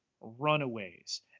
runaways